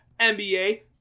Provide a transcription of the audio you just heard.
NBA